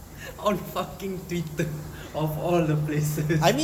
on fucking tweeter of all the places